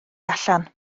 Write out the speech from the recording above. allan